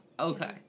Okay